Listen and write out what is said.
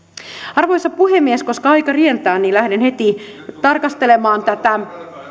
arvoisa puhemies koska aika rientää niin lähden heti tarkastelemaan tätä